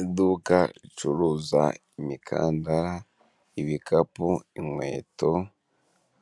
Iduka ricuruza imikandara ibikapu inkweto